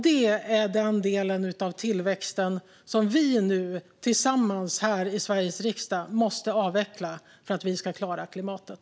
Det är denna del av tillväxten som vi i Sveriges riksdag tillsammans nu måste avveckla för att klara klimatet.